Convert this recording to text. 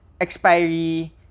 expiry